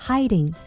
Hiding